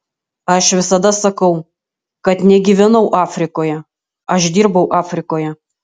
aš visada sakau kad negyvenau afrikoje aš dirbau afrikoje